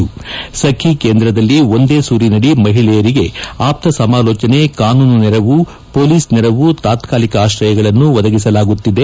ಸಖಿ ಕೇಂದ್ರದಲ್ಲಿ ಒಂದೇ ಸೂರಿನಡಿ ಮಹಿಳೆಯರಿಗೆ ಆಪ್ತ ಸಮಾಲೋಚನೆ ಕಾನೂನು ನೆರವು ಪೊಲೀಸ್ ನೆರವು ತಾತ್ಕಾಲಿಕ ಆಶ್ರಯಗಳನ್ನು ಒದಗಿಸಲಾಗುತ್ತಿದೆ